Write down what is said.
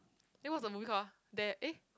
then what's the movie call ah dare eh